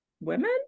women